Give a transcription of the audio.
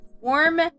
Warm